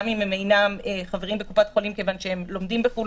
גם אם הם אינם חברים בקופת חולים כיוון שהם לומדים בחו"ל,